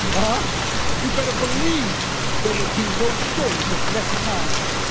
but and you better believe there will be no shortage of next times.